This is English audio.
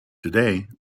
today